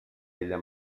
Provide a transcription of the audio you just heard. ella